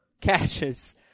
catches